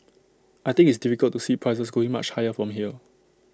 I think it's difficult to see prices going much higher from here